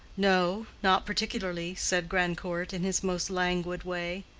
no, not particularly, said grandcourt, in his most languid way.